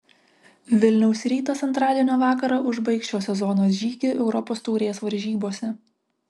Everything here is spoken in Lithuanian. vilniaus rytas antradienio vakarą užbaigs šio sezono žygį europos taurės varžybose